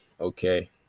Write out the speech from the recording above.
Okay